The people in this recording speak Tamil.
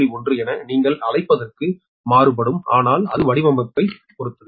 1 என நீங்கள் அழைப்பதற்கு மாறுபடும் ஆனால் அது வடிவமைப்பைப் பொறுத்தது